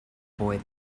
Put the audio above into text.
boy